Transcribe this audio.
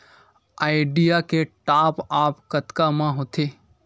Idea के top आप कतका म होथे?